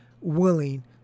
willing